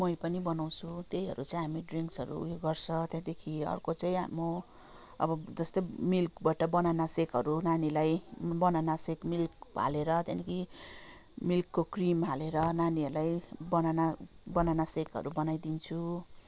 मही पनि बनाउँछु त्यहीहरू चाहिँ हामी ड्रिङ्क्सहरू उयोहरू गर्छ त्यहाँदेखि अर्को चाहिँ म अब जस्तै मिल्कबाट बनाना सेकहरू नानीलाई बनाना सेक मिल्क हालेर त्यहाँदेखि मिल्कको क्रिम हालेर नानीहरूलाई बनाना बनाना सेकहरू बनाइदिन्छु